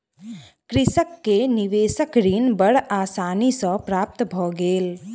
कृषक के निवेशक ऋण बड़ आसानी सॅ प्राप्त भ गेल